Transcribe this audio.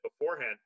beforehand